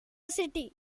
city